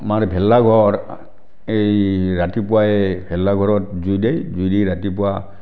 আমাৰ ভেলাঘৰ এই ৰাতিপুৱাই ভেলাঘৰত জুই দিয়ে জুই দি ৰাতিপুৱা